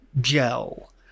gel